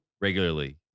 regularly